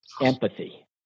empathy